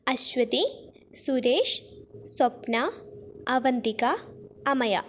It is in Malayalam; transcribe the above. അശ്വതി സുരേഷ് സ്വപ്ന അവന്തിക അമയ